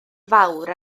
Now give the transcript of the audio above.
fawr